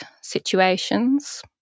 situations